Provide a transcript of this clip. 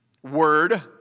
word